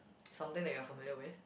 something that you're familiar with